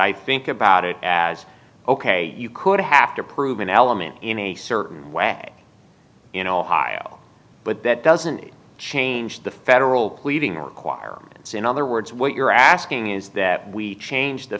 i think about it as ok you could have to prove an element in a certain way you know but that doesn't change the federal pleading requirements in other words what you're asking is that we change the